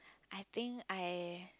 I think I